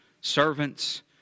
servants